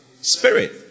Spirit